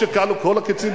כשכלו כל הקצים,